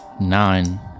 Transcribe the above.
nine